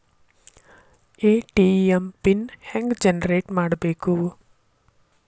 ATM PIN ಹೆಂಗ್ generate ಮಾಡಬೇಕು?